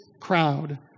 crowd